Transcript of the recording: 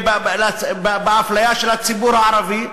ובאפליה של הציבור הערבי,